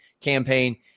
Campaign